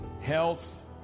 health